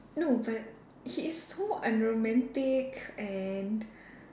no but he is so unromantic and